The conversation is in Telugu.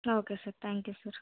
okay sir thank you sir